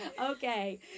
okay